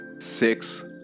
six